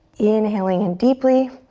inhaling in deeply.